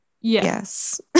yes